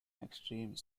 extreme